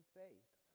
faith